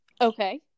okay